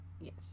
Yes